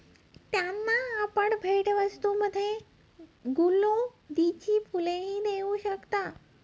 त्यांना आपण भेटवस्तूंमध्ये गुलौदीची फुलंही देऊ शकता